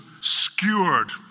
skewered